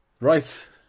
Right